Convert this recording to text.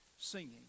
singing